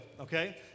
okay